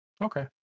Okay